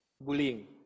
bullying